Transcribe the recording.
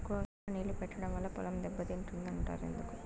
ఎక్కువగా నీళ్లు పెట్టడం వల్ల పొలం దెబ్బతింటుంది అంటారు ఎందుకు?